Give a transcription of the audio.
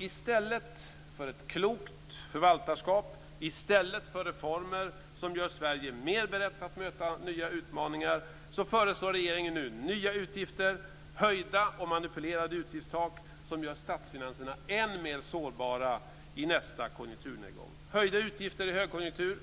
I stället för ett klokt förvaltarskap, i stället för reformer som gör Sverige mer berett att möta nya utmaningar föreslår regeringen nya utgifter, höjda och manipulerade utgiftstak som gör statsfinanserna än mer sårbara i nästa konjunkturnedgång. Höjda utgifter i högkonjunktur